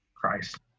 christ